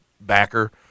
backer